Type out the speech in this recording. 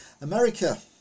America